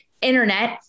internet